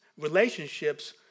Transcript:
relationships